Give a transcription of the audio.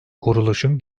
kuruluşun